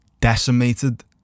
decimated